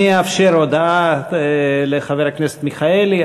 אני אאפשר הודעה לחבר הכנסת מיכאלי,